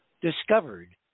discovered